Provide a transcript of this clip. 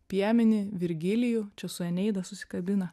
piemenį virgilijų čia su eneida susikabina